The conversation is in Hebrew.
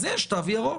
אז יש תו ירוק.